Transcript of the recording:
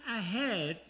ahead